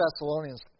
Thessalonians